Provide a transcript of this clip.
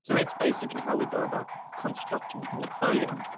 that's basically how we go about constructing a portfolio,